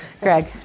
Greg